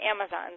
Amazon